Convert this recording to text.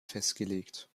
festgelegt